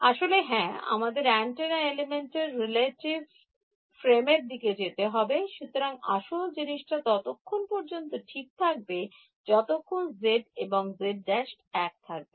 আসলে হ্যাঁ আমাদের অ্যান্টেনা এলিমেন্ট এর রিলেটিভ Frame এর দিকে যেতে হবে সুতরাং আসল জিনিসটা ততক্ষণ পর্যন্ত ঠিক থাকবে যতক্ষণ z এবং z′এক থাকবে